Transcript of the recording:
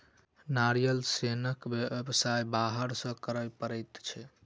नारियल सोनक व्यवसाय बाहर सॅ करय पड़ैत छै